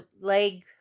leg